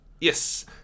Yes